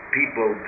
people